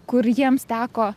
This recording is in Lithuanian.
kur jiems teko